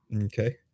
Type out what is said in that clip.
Okay